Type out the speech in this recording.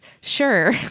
Sure